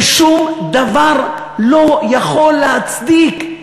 ושום דבר לא יכול להצדיק,